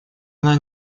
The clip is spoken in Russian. она